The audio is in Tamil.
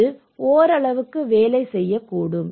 இது ஓரளவிற்கு வேலை செய்யக்கூடும்